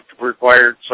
required